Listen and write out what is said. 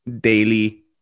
daily